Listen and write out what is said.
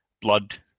blood